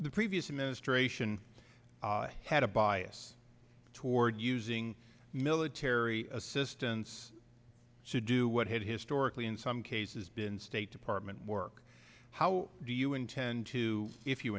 the previous administration had a bias toward using military assistance to do what had historically in some cases been state department work how do you intend to if you